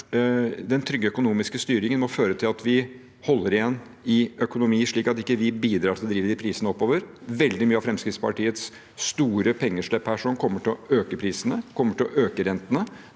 den trygge økonomiske styringen må føre til at vi holder igjen i økonomien, slik at vi ikke bidrar til å drive de prisene oppover. Veldig mye av Fremskrittspartiets store pengeslipp her ville økt prisene og økt rentene.